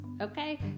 okay